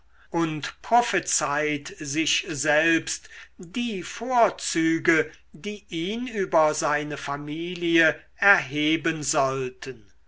und prophezeit sich selbst die vorzüge die ihn über seine familie erheben sollten